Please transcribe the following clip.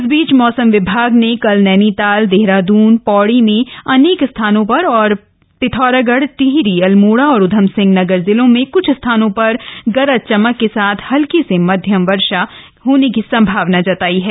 इस बीच मौसम विभाग ने कल नैनीताल देहरादून पौड़ी में अनेक स्थानों पर और पिथौरागढ़ टिहरी अल्मोड़ा और ऊधमसिंह नगर जिलों में कुछ स्थानों पर गरज चमक के साथ हल्की से मध्यम वर्षा हो सकती है